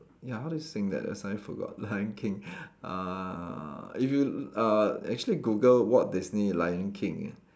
ya how do you sing that I suddenly forgot lion king uh if you uh actually Google Walt Disney lion king ah